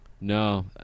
No